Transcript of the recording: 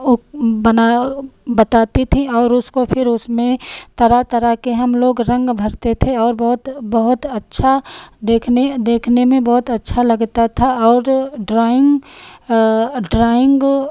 वह बना बताती थी और उसको फिर उसमें तरह तरह के हमलोग रंग भरते थे और बहुत बहुत अच्छा देखने देखने में बहुत अच्छा लगता था और ड्रॉइन्ग ड्रॉइन्ग